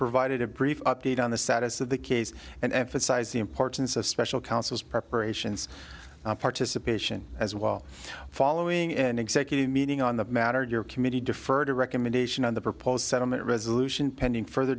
provided a brief update on the status of the case and emphasized the importance of special counsel's preparations participation as well following an executive meeting on the matter your committee deferred a recommendation on the proposed settlement resolution pending further